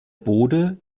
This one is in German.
bode